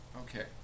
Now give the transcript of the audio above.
Okay